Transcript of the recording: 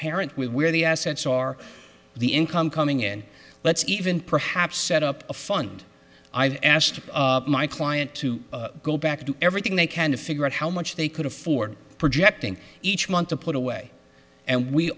with where the assets are the income coming in let's even perhaps set up a fund i've asked my client to go back to do everything they can to figure out how much they could afford projecting each month to put away and we